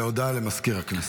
הודעה למזכיר הכנסת.